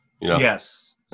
Yes